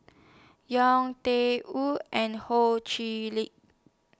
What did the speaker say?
Yau Tian Yau and Ho Chee Lick